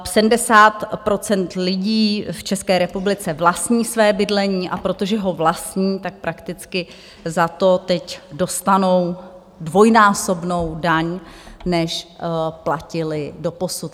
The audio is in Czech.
70 % lidí v České republice vlastní své bydlení, a protože ho vlastní, tak prakticky za to teď dostanou dvojnásobnou daň, než platili doposud.